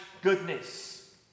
goodness